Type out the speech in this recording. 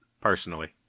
personally